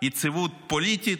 יציבות פוליטית,